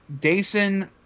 Dason